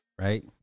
right